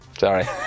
sorry